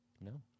No